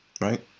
right